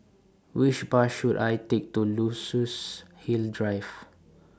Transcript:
Which Bus should I Take to Luxus Hill Drive